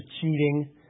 cheating